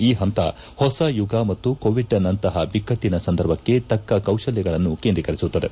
ಈ ಪಂತ ಹೊಸ ಯುಗ ಮತ್ತು ಕೋವಿಡ್ ನಂತಪ ಬಿಕ್ಕಟ್ಟನ ಸಂದರ್ಭಕ್ಕೆ ತಕ್ಕ ಕೌಶಲ್ಲಗಳನ್ನು ಕೇಂದ್ರೀಕರಿಸುತ್ತದೆ